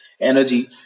energy